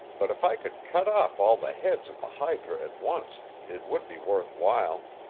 but if i could cut off all the heads of the hydra at once, it would be worth while.